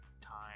time